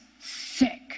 sick